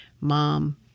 Mom